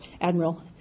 Admiral